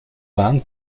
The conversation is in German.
waren